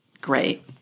Great